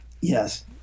Yes